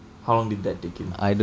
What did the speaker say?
how long did that take him